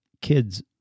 kids